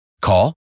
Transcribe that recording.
Call